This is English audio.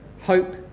hope